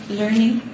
learning